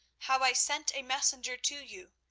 how i sent a messenger to you,